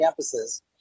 campuses